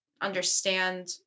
understand